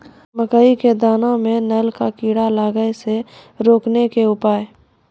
मकई के दाना मां नल का कीड़ा लागे से रोकने के उपाय?